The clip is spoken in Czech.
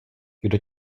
kdo